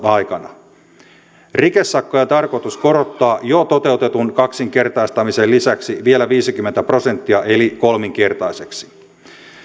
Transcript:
aikana rikesakkoja on tarkoitus korottaa jo toteutetun kaksinkertaistamisen lisäksi vielä viisikymmentä prosenttia eli kolminkertaiseksi